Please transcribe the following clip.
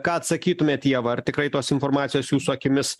ką atsakytumėt ieva ar tikrai tos informacijos jūsų akimis